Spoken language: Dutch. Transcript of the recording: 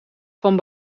van